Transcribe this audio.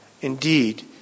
Indeed